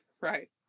right